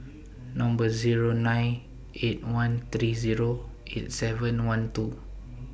Number Zero nine eight one three Zero eight seven one two